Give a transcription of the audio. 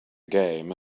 game